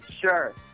Sure